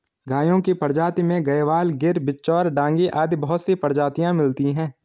गायों की प्रजाति में गयवाल, गिर, बिच्चौर, डांगी आदि बहुत सी प्रजातियां मिलती है